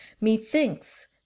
methinks